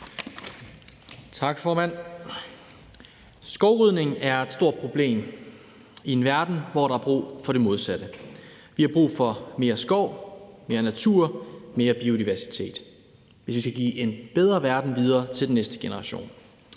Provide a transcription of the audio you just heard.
Tak, formand. Skovrydning er et stort problem i en verden, hvor der er brug for det modsatte; vi har brug for mere skov, mere natur og mere biodiversitet, hvis vi skal give en bedre verden videre til den næste generation.